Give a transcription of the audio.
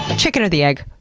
chicken or the egg?